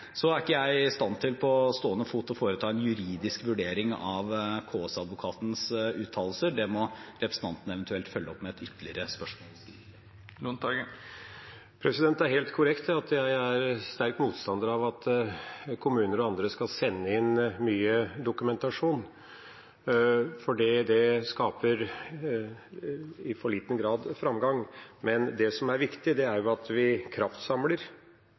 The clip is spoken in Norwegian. er ikke i stand til på stående fot å foreta en juridisk vurdering av KS-advokatens uttalelser. Det må representanten eventuelt følge opp med et ytterligere spørsmål, skriftlig. Det er helt korrekt at jeg er sterk motstander av at kommuner og andre skal sende inn mye dokumentasjon, fordi det i for liten grad skaper framgang. Det som er viktig, er at vi kraftsamler